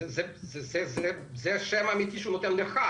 זה השם האמיתי שהוא נותן לך.